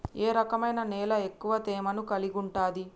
ఏ రకమైన నేల ఎక్కువ తేమను కలిగుంటది?